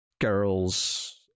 girls